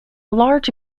large